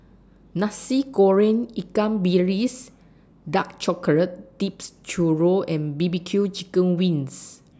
Nasi Goreng Ikan Bilis Dark Chocolate Dipped Churro and B B Q Chicken Wings